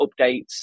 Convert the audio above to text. updates